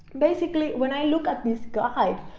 basically when i look at this guide,